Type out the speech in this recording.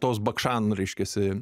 tos bakšan reiškiasi